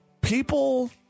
people